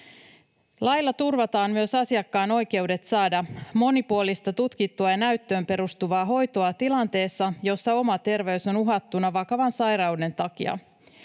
Lailla turvataan myös asiakkaan oikeudet saada monipuolista, tutkittua ja näyttöön perustuvaa hoitoa tilanteessa, jossa oma terveys on uhattuna vakavan sairauden takia.